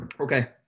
Okay